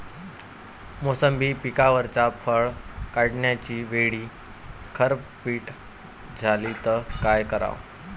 मोसंबी पिकावरच्या फळं काढनीच्या वेळी गारपीट झाली त काय कराव?